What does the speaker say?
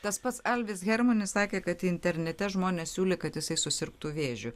tas pats alvis hermanis sakė kad internete žmonės siūlė kad jisai susirgtų vėžiu